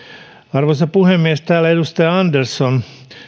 arvoisa puhemies täällä edustaja andersson